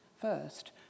first